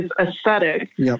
aesthetic